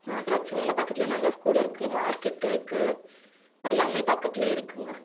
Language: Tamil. ம் பிரச்சின இல்லை பக்கத்துலேயே நல்ல ஸ்கூல் இருக்குது மார்கெட்டும் இருக்குது எல்லாமே பக்கத்துலேயே இருக்குதுங்க